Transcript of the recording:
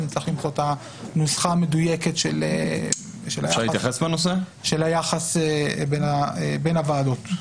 נצטרך למצוא את הנוסחה המדויקת של היחס בין הוועדות.